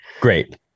Great